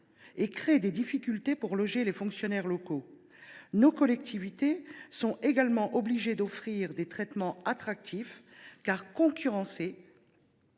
cela crée des difficultés pour loger les fonctionnaires locaux. Nos collectivités sont également obligées d’offrir des traitements attractifs pour